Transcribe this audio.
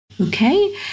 Okay